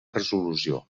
resolució